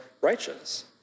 righteous